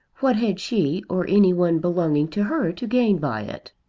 what had she or any one belonging to her to gain by it?